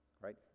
right